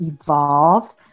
evolved